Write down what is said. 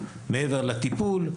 מעבר לטיפול,